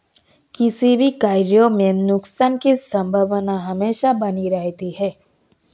किसी भी कार्य में नुकसान की संभावना हमेशा बनी रहती है